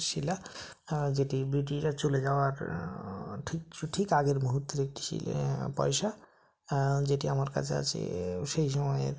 শিলা যেটি ব্রিটিশরা চলে যাওয়ার ঠিক ঠিক আগের মুহূর্তের একটি পয়সা যেটি আমার কাছে আছে সেই সময়ের